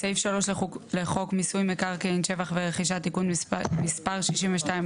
10א בסעיף 3 לחוק מיסוי מקרקעין (שבח ורכישה) (תיקון מס' 62,